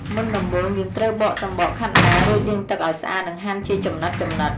មុនដំបូង យើងត្រូវបកសំបកខាត់ណា រួចលាងទឹកឱ្យស្អាត និងហាន់ជាចំណិតៗ។